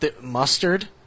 Mustard